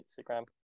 Instagram